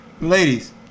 Ladies